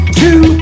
two